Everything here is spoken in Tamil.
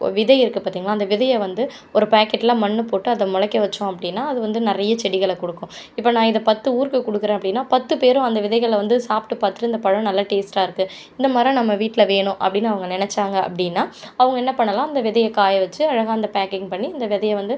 கொ விதை இருக்குது பார்த்தீங்களா அந்த விதையை வந்து ஒரு பேக்கெட்டில் மண்ணுப் போட்டு அதை முளைக்க வச்சோம் அப்படின்னா அது வந்து நிறைய செடிகளை கொடுக்கும் இப்போ நான் இதை பத்து ஊருக்கு கொடுக்கறேன் அப்படின்னா பத்து பேரும் அந்த விதைகளை வந்து சாப்பிட்டு பார்த்துட்டு இந்தப் பழம் நல்லா டேஸ்ட்டாக இருக்குது இந்த மரம் நம்ம வீட்டில் வேணும் அப்படின்னு அவங்க நினச்சாங்க அப்படின்னா அவங்க என்ன பண்ணலாம் இந்த விதையை காயவச்சு அழகாக அந்த பேக்கிங் பண்ணி இந்த விதையை வந்து